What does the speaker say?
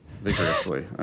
vigorously